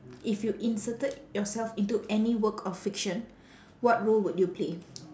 if you inserted yourself into any work of fiction what role would you play